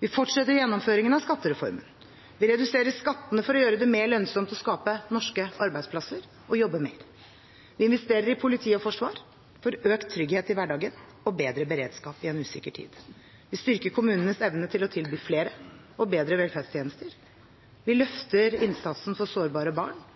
Vi fortsetter gjennomføringen av skattereformen. Vi reduserer skattene for å gjøre det mer lønnsomt å skape norske arbeidsplasser og å jobbe mer. Vi investerer i politiet og Forsvaret, for økt trygghet i hverdagen og bedre beredskap i en usikker tid. Vi styrker kommunenes evne til å tilby flere og bedre velferdstjenester. Vi løfter innsatsen for sårbare barn,